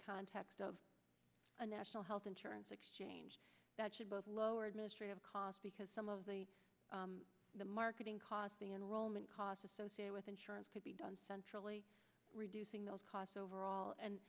context of a national health insurance exchange that should both lower administrative cost because some of the marketing costs the enrollment costs associated with insurance could be done centrally reducing those costs overall and